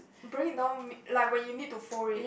bring it down m~ like you need to fold it